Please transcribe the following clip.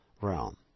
realm